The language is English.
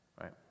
Right